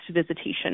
visitation